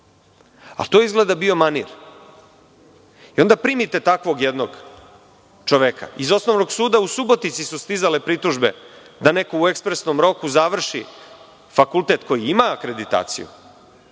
ali to je izgleda bio manir i onda primite takvog jednog čoveka. Iz Osnovnog suda u Subotici su stizale pritužbe da neko u ekspresnom roku završi fakultet koji ima akreditaciju,